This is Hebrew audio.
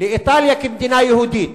לאיטליה כמדינה יהודית?